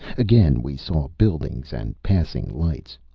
again we saw buildings and passing lights.